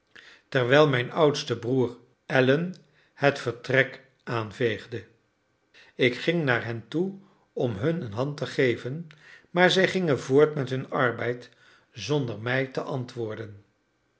terwijl mijn oudste broer allen het vertrek aanveegde ik ging naar hen toe om hun een hand te geven maar zij gingen voort met hun arbeid zonder mij te antwoorden